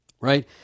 right